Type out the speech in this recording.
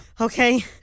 Okay